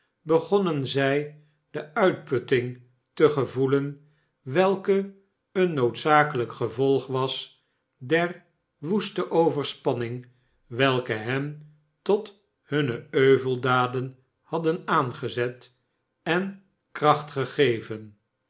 begonnen zij de uitputting te gevoelen welke een noodzakelijk gevolg was der woeste overspanning welke hen tot hunne euveldaden had aangezet en kracht gegeven